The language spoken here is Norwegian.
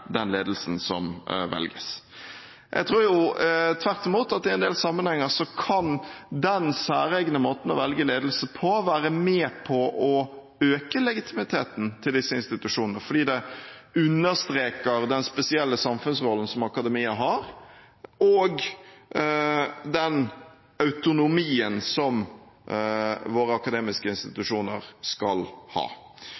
den ledelsen som velges. Jeg tror tvert imot at i en del sammenhenger kan denne særegne måten å velge ledelse på være med på å øke legitimiteten til disse institusjonene, fordi det understreker den spesielle samfunnsrollen som akademia har, og den autonomien som våre akademiske